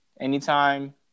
anytime